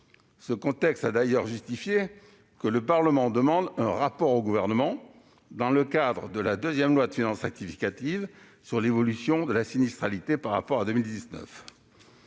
Ce contexte a d'ailleurs justifié que le Parlement demande un rapport au Gouvernement, dans le cadre de la deuxième loi de finances rectificative, sur l'évolution de la sinistralité par rapport à 2019.